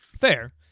Fair